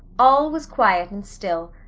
all was quiet and still.